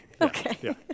Okay